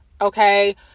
Okay